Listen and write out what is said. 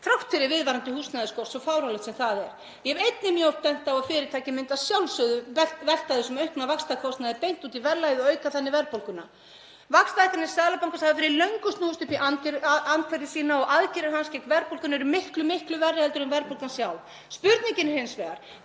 þrátt fyrir viðvarandi húsnæðisskort, svo fáránlegt sem það er. Ég hef einnig mjög oft bent á að fyrirtæki myndu að sjálfsögðu velta þessum aukna vaxtakostnaði beint út í verðlagið og auka þannig verðbólguna. Vaxtahækkanir Seðlabankans hafa fyrir löngu snúist upp í andhverfu sína og aðgerðir hans gegn verðbólgunni eru miklu, miklu verri en verðbólgan sjálf. Spurningin er hins vegar: